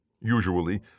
Usually